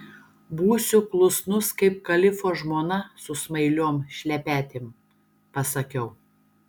būsiu klusnus kaip kalifo žmona su smailiom šlepetėm pasakiau